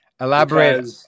elaborate